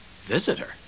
Visitor